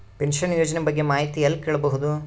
Pension ಯೋಜನ ಬಗ್ಗೆ ಮಾಹಿತಿ ಎಲ್ಲ ಕೇಳಬಹುದು?